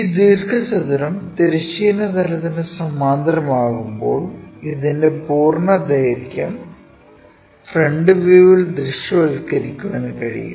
ഈ ദീർഘചതുരം തിരശ്ചീന തലത്തിന് സമാന്തരമാകുമ്പോൾ ഇതിന്റെ പൂർണ്ണ ദൈർഘ്യം ഫ്രണ്ട് വ്യൂവിൽ ദൃശ്യവൽക്കരിക്കാൻ കഴിയും